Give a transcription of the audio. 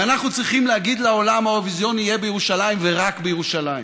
ואנחנו צריכים להגיד לעולם: האירוויזיון יהיה בירושלים ורק בירושלים.